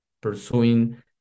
pursuing